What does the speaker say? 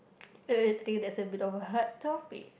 wait wait I think that's a bit of a hard topic